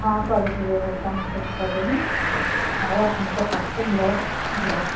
ହଁ କରୁଛି ବ୍ୟବସ୍ଥା ମୁଁ ସବୁ କରଦେବି ଆଉ ଆପଣଙ୍କ ପାଖକୁ ବ୍ଲଡ୍ ଯିବ